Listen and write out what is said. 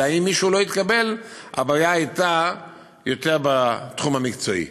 ואם מישהו לא התקבל הבעיה הייתה יותר בתחום המקצועי.